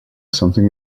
something